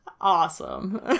Awesome